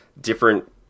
different